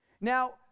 Now